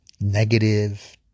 negative